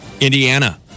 Indiana